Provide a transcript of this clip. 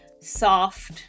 soft